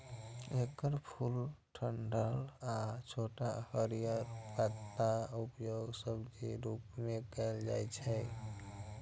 एकर फूल, डंठल आ छोट हरियर पातक उपयोग सब्जीक रूप मे कैल जाइ छै